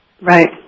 Right